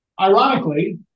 Ironically